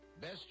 Best